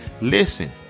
Listen